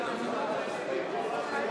מים),